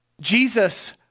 Jesus